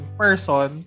person